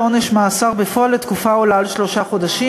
לעונש מאסר בפועל לתקופה העולה על שלושה חודשים,